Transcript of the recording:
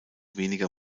weniger